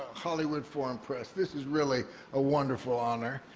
hollywood foreign press. this is really a wonderful honor.